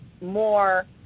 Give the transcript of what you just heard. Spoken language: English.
more